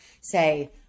say